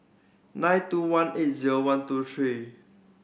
nine two one eight zero one two three